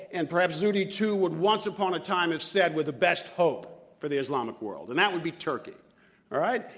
and perhaps zuhdi too, would once upon a time have said were the best hope for the islamic world, and that would be turkey. all right?